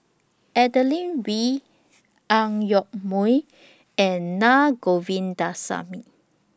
Adeline Bee Ang Yoke Mooi and Naa Govindasamy